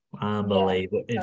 Unbelievable